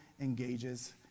engages